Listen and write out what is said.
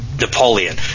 Napoleon